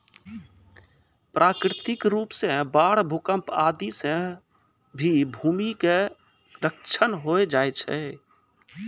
प्राकृतिक रूप सॅ बाढ़, भूकंप आदि सॅ भी भूमि के क्षरण होय जाय छै